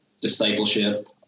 discipleship